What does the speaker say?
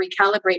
recalibrate